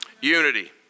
Unity